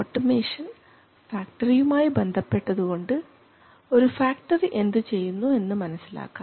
automation ഫാക്ടറിയുമായി ബന്ധപ്പെട്ടതുകൊണ്ട് ഒരു ഫാക്ടറി എന്തുചെയ്യുന്നു എന്ന് മനസ്സിലാക്കാം